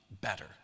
better